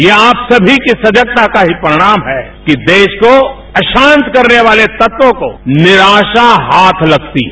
यह आप सभी के सजगता का ही परिणाम है कि देश को अशांत करने वाले तत्वों को निराशा हाथ लगती है